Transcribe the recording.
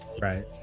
right